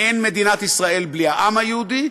אין מדינת ישראל בלי העם היהודי,